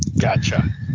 gotcha